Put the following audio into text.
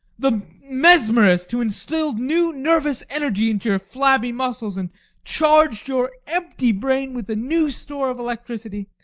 the mesmerist who instilled new nervous energy into your flabby muscles and charged your empty brain with a new store of electricity.